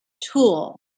tool